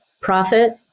Profit